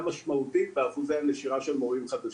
משמעותית באחוזי הנשירה של מורים חדשים.